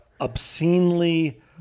obscenely